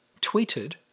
tweeted